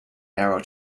narrow